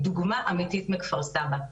דוגמה אמיתית מכפר-סבא,